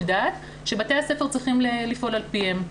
דעת שבתי הספר צריכים לפעול על פיהם.